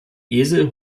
esel